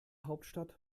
hauptstadt